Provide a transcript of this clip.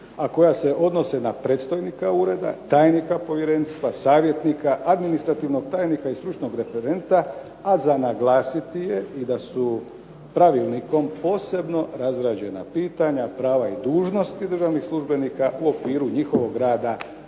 a koja se odnose na predstojnika ureda, tajnika povjerenstva, savjetnika, administrativnog tajnika i stručnog referenta, a za naglasiti je i da su pravilnikom posebno razrađena pitanja, prava i dužnosti državnih službenika u okviru njihovog rada